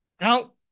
out